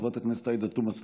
חברת הכנסת עאידה תומא סלימאן,